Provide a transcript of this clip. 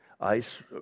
ice